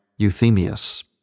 Euthemius